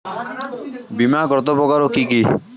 বীমা কত প্রকার ও কি কি?